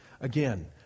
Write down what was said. again